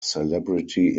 celebrity